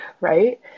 right